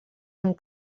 amb